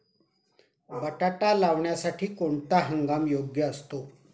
बटाटा लावण्यासाठी कोणता हंगाम योग्य असतो?